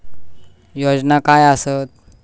योजना काय आसत?